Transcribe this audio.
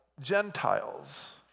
Gentiles